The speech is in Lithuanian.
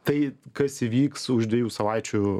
tai kas įvyks už dviejų savaičių